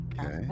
okay